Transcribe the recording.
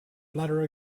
bladder